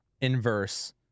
inverse